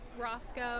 Roscoe